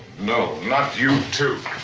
no. not you, too!